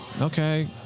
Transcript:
okay